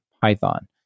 Python